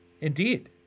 Indeed